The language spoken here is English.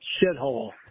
shithole